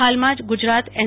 હાલમાંજ Gujarat N